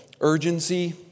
urgency